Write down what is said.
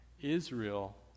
Israel